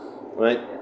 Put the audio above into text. Right